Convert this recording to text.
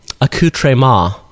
accoutrement